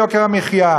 על יוקר המחיה,